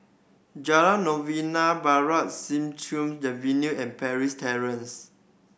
Jalan Novena Barat Siak Chew the Venue and Parry Terrace